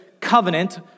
covenant